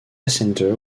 center